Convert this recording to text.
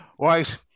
Right